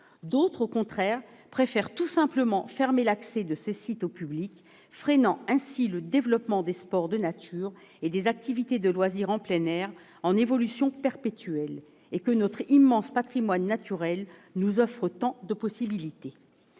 D'autres, au contraire, préfèrent tout simplement fermer l'accès de ces sites au public, freinant ainsi le développement des sports de nature et des activités de loisirs en plein air en évolution perpétuelle, alors que notre immense patrimoine naturel nous offre tant de possibilités.